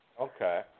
Okay